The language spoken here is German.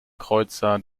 kreuzer